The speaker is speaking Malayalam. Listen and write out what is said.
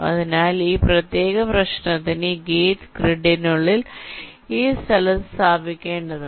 അതിനാൽ ഈ പ്രത്യേക പ്രശ്നത്തിന് ഈ ഗേറ്റ് ഗ്രിഡിനുള്ളിൽ ഈ സ്ഥലത്ത് സ്ഥാപിക്കേണ്ടതുണ്ട്